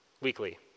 weekly